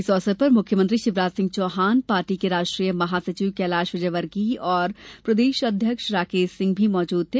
इस अवसर पर मुख्यमंत्री शिवराज सिंह चौहान पार्टी के राष्ट्रीय महासचिव कैलाश विजयवर्गीय और प्रदेश अध्यक्ष राकेश सिंह भी मौजूद थे